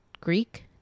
Greek